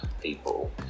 people